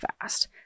fast